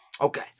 Okay